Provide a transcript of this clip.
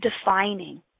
defining